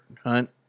hunt